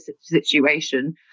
situation